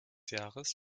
jahres